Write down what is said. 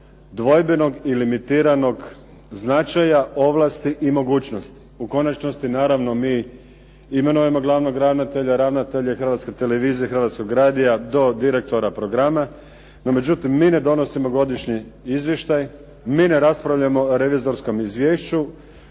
dvojbenog i limitiranog značaja ovlasti i mogućnosti. U konačnosti mi naravno imenujemo glavnog ravnatelja. Ravnatelja Hrvatske televizije i Hrvatskog radija do direktora programa. No, međutim mi ne donosimo godišnji izvještaj, mi ne raspravljamo o revizorskom izvješću.